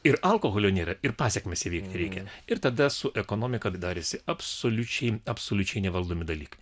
ir alkoholio nėra ir pasekmes įveikti reikia ir tada su ekonomika darėsi absoliučiai absoliučiai nevaldomi dalykai